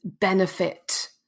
benefit